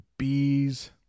Bees